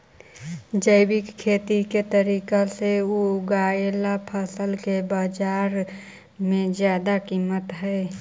जैविक खेती के तरीका से उगाएल फसल के बाजार में जादा कीमत हई